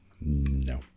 No